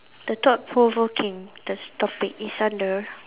the thought provoking the topic is under